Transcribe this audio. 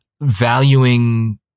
valuing